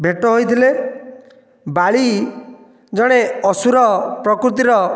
ଭେଟ ହୋଇଥିଲେ ବାଳୀ ଜଣେ ଅସୁର ପ୍ରକୃତିର